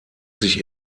sich